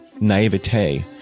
naivete